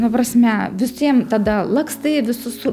ta prasme visiem tada lakstai visus